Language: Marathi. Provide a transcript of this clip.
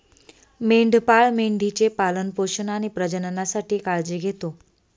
मेंढपाळ मेंढी चे पालन पोषण आणि प्रजननासाठी काळजी घेतो